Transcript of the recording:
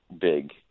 big